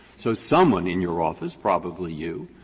so someone in your office, probably you,